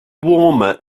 warmer